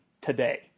today